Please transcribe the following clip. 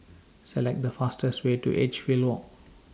Select The fastest Way to Edgefield Walk